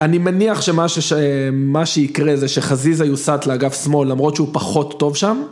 אני מניח שמה שיקרה זה שחזיזה יוסט לאגף שמאל, למרות שהוא פחות טוב שם.